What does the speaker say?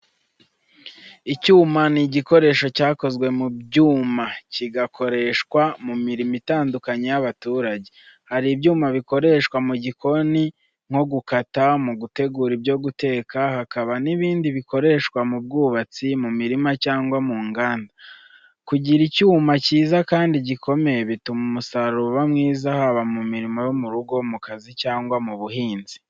Icyuma ni igikoresho cyakozwe mu byuma kigakoreshwa mu mirimo itandukanye y’abaturage. Hari ibyuma bikoreshwa mu gikoni nko gukata, mu gutegura ibyo guteka, hakaba n’ibindi bikoreshwa mu bwubatsi, mu mirima cyangwa mu nganda. Kugira icyuma cyiza kandi gikomeye bituma umusaruro uba mwiza, haba mu mirimo yo mu rugo, mu kazi cyangwa mu buhinzi.